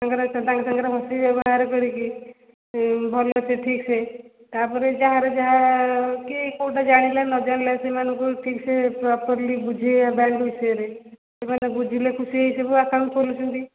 ସେମାନେ ତାଙ୍କ ସାଙ୍ଗରେ ହସିକି ବ୍ୟବହାର କରିକି ଭଲ ସେ ଠିକ୍ ସେ ତାପରେ ଯାହାର ଯାହାକି କେଉଁଟା ଜାଣିଲା ନ ଜାଣିଲା ସେମାନଙ୍କୁ ଠିକ୍ ସେ ପ୍ରପୋରର୍ଲି ବୁଝେଇବା ବ୍ୟାଙ୍କ ବିଷୟରେ ସେମାନେ ବୁଝିଲେ ଖୁସି ହେଇ ସବୁ ଆକାଉଣ୍ଟ ଖୋଲୁଛନ୍ତି